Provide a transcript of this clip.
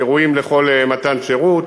שראויים לכל מתן שירות.